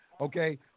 Okay